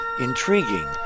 intriguing